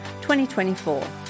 2024